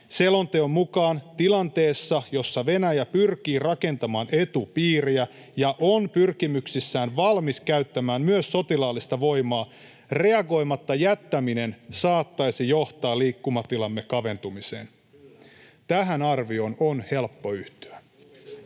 Selonteon mukaan tilanteessa, jossa Venäjä pyrkii rakentamaan etupiiriä ja on pyrkimyksissään valmis käyttämään myös sotilaallista voimaa, reagoimatta jättäminen saattaisi johtaa liikkumatilamme kaventumiseen. [Timo Heinonen: Kyllä!]